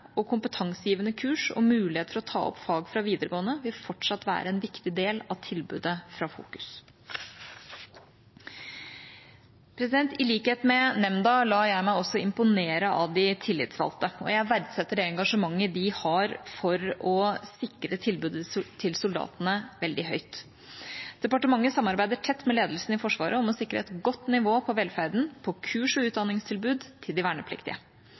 og kompetansegivende kurs og mulighet for å ta opp fag fra videregående vil fortsatt være en viktig del av tilbudet fra Fokus. I likhet med nemnda lar jeg meg også imponere av de tillitsvalgte, og jeg verdsetter det engasjementet de har for å sikre tilbudet til soldatene, veldig høyt. Departementet samarbeider tett med ledelsen i Forsvaret om å sikre et godt nivå på velferden og på kurs- og utdanningstilbud til de vernepliktige.